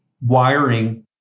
wiring